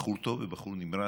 בחור טוב ובחור נמרץ.